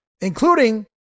including